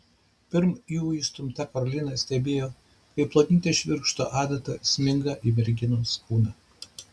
pirm jų įstumta karolina stebėjo kaip plonytė švirkšto adata sminga į merginos kūną